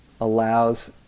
allows